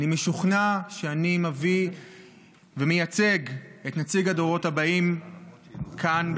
אני משוכנע שאני מביא ומייצג את הדורות הבאים כאן,